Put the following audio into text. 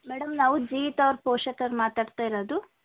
madam ನಾವು ಜೀವಿತಾ ಅವ್ರ ಪೋಷಕರು ಮಾತಾಡ್ತಾ ಇರೋದು